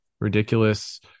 ridiculous